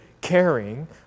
caring